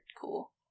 cool